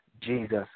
Jesus